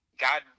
God